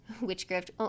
witchcraft